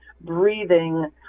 breathing